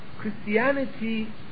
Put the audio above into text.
Christianity